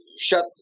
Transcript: shut